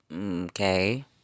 Okay